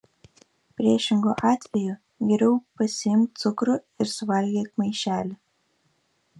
priešingu atveju geriau pasiimk cukrų ir suvalgyk maišelį